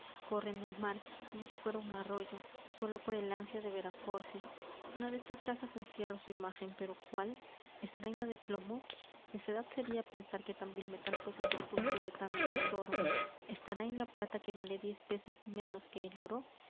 corren el mar como si fuera un arroyo sólo por el ansia de ver á pórcia una de estas cajas encierra su imágen pero cuál estará en la de plomo necedad seria pensar que tan vil metal fuese sepulcro de tanto tesoro estará en la plata que vale diez veces menos que el oro